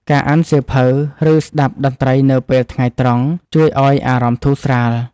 ការអានសៀវភៅ ឬស្តាប់តន្ត្រីនៅពេលថ្ងៃត្រង់ ជួយឱ្យអារម្មណ៍ធូរស្រាល។